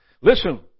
Listen